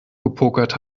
gepokert